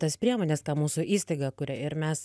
tas priemones ką mūsų įstaiga kuria ir mes